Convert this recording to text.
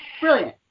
Brilliant